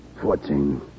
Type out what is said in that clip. Fourteen